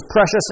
precious